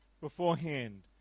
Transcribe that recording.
beforehand